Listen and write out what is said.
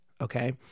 Okay